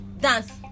dance